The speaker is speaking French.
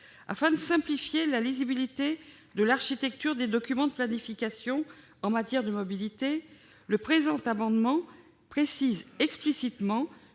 Afin d'améliorer la lisibilité de l'architecture des documents de planification en matière de mobilité, le présent amendement précise explicitement